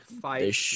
Fight